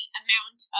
amount